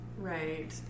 Right